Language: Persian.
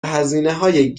هزینههای